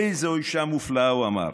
איזו אישה מופלאה, הוא אמר,